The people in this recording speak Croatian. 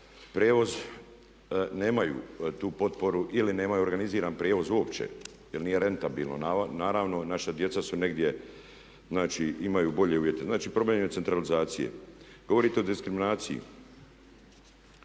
prijevoz nemaju tu potporu ili nemaju organiziran prijevoz uopće jer nije rentabilno. Naravno naša djeca su negdje, znači imaju bolje uvjete. Znači problem je centralizacije. Govorite o diskriminaciji.